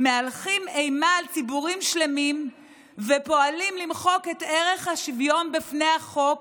מהלכים אימה על ציבורים שלמים ופועלים למחוק את ערך השוויון בפני החוק